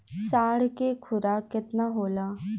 साँढ़ के खुराक केतना होला?